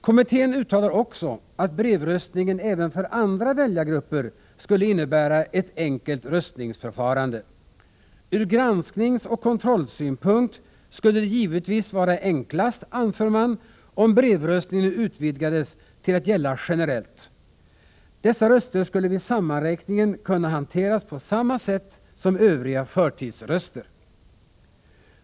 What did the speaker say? Kommittén uttalar också att brevröstningen även för andra väljargrupper skulle innebära ett enkelt röstningsförfarande. Ur granskningsoch kontrollsynpunkt skulle det givetvis vara enklast, anför man, om brevröstningen utvidgades till att gälla generellt. Dessa röster skulle vid sammanräkningen kunna hanteras på samma sätt som övriga förtidsröster.